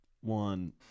one